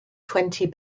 twenty